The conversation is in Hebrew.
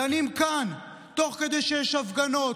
דנים כאן תוך כדי שיש הפגנות,